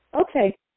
Okay